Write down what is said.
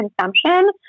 consumption